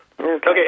Okay